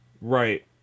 right